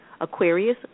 Aquarius